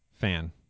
fan